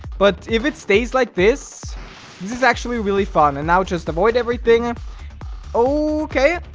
but if it stays like this this is actually really fun and now just avoid everything okay,